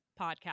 podcast